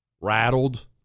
rattled